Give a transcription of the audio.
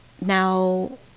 now